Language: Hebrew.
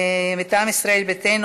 מטעם ישראל ביתנו,